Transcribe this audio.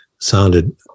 sounded